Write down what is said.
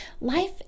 Life